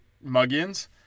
Muggins